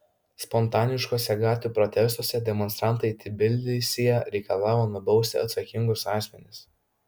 spontaniškuose gatvių protestuose demonstrantai tbilisyje reikalavo nubausti atsakingus asmenis